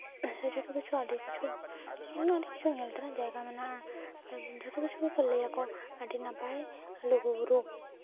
ᱡᱚᱛᱚ ᱠᱤᱪᱷᱩ ᱟᱹᱰᱤ ᱠᱤᱪᱷᱩ ᱟᱹᱰᱤ ᱠᱤᱪᱷᱩ ᱧᱮᱞ ᱛᱮᱱᱟᱜ ᱡᱟᱭᱜᱟ ᱢᱮᱱᱟᱜᱼᱟ ᱡᱷᱚᱛᱚ ᱠᱤᱪᱷᱩ ᱜᱮᱠᱚ ᱞᱟᱹᱭᱟᱠᱚ ᱟᱹᱰᱤ ᱱᱟᱯᱟᱭ ᱞᱩᱜᱩᱼᱵᱩᱨᱩ